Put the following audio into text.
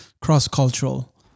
cross-cultural